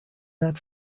that